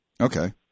Okay